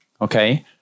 okay